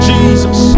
Jesus